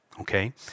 Okay